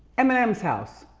eminem's house,